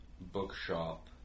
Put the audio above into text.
Bookshop